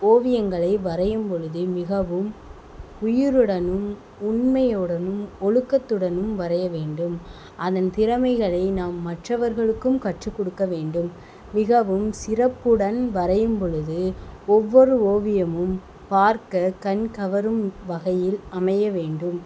ஓவியங்களை வரையும்பொழுதே மிகவும் உயிருடனும் உண்மையுடனும் ஒழுக்கத்துடனும் வரைய வேண்டும் அதன் திறமைகளை நாம் மற்றவர்களுக்கும் கற்றுக்குடுக்க வேண்டும் மிகவும் சிறப்புடன் வரையும்பொழுது ஒவ்வொரு ஓவியமும் பார்க்க கண் கவரும் வகையில் அமைய வேண்டும்